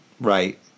Right